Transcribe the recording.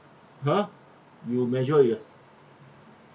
!huh! you measure it uh